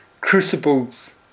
crucibles